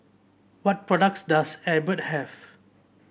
what products does Abbott have